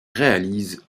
réalise